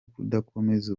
kudakomeza